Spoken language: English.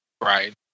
Right